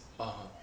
(uh huh)